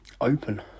open